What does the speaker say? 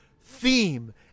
theme